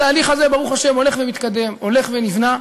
התהליך הזה, ברוך השם, הולך ומתקדם, הולך ונבנה.